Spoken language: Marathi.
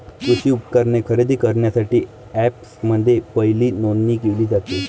कृषी उपकरणे खरेदी करण्यासाठी अँपप्समध्ये पहिली नोंदणी केली जाते